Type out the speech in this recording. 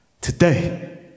today